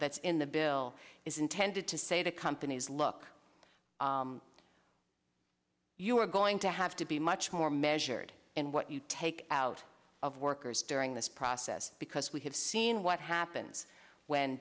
that's in the bill is intended to say to companies look you are going to have to be much more measured in what you take out of workers during this process because we have seen what happens when